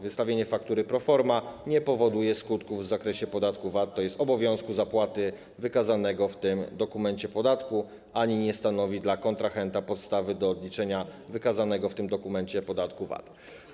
Wystawienie faktury pro forma nie powoduje skutków w zakresie podatku VAT, tj. obowiązku zapłaty wykazanego w tym dokumencie podatku, ani nie stanowi dla kontrahenta podstawy do odliczenia wykazanego w tym dokumencie podatku VAT.